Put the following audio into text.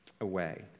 away